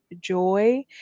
joy